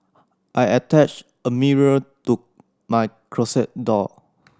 I attached a mirror to my closet door